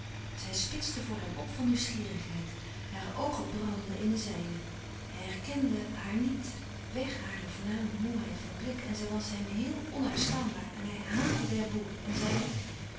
zij spitste voor hem op van nieuwsgierigheid hare oogen bràndden in de zijne hij herkende haar niet wèg hare voorname moêheid van blik en zij was hem heel onuitstaanbaar en hij haàtte d'herbourg en zeide